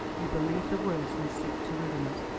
you believe the worst, and seek to ruin us.